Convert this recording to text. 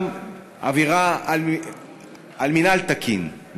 גם עבירה על מינהל תקין,